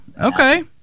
okay